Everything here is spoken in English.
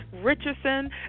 Richardson